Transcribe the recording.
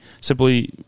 simply